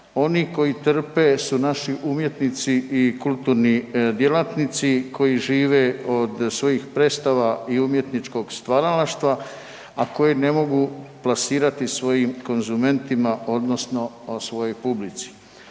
Oni koji trpe su naši umjetnici i kulturni djelatnici koji žive od svojih predstava i umjetničkog stvaralaštva, a koji ne mogu plasirati svojim konzumentima odnosno svojoj publici.